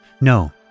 No